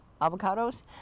avocados